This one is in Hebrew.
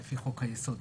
זה לפי חוק היסוד.